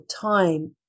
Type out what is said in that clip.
time